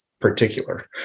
Particular